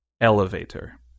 Elevator